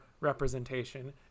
representation